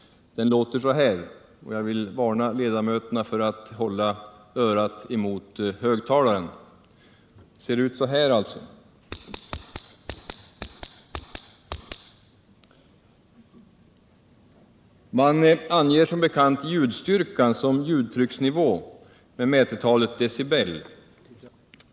Jag vill nu för kammarens ledamöter demonstrera hur den låter — det hörs alltså ett knäppande. Man anger som bekant ljudstyrkan som ljudtrycksnivå med mätetalet decibel, dB.